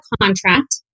contract